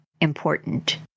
important